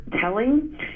telling